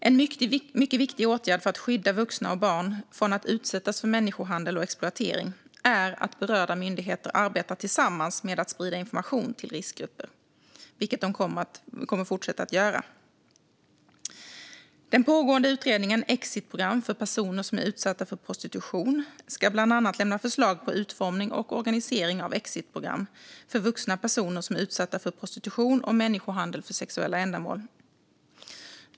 En mycket viktig åtgärd för att skydda vuxna och barn från att utsättas för människohandel och exploatering är att berörda myndigheter arbetar tillsammans med att sprida information till riskgrupper, vilket de kommer att fortsätta göra. Den pågående utredningen Exitprogram för personer som är utsatta för prostitution ska bland annat lämna förslag på utformning och organisering av ett exitprogram för vuxna personer som är utsatta för prostitution och människohandel för sexuella ändamål.